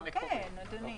תודה.